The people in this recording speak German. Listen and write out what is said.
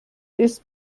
ist